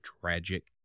tragic